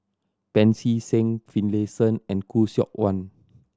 Pancy Seng Finlayson and Khoo Seok Wan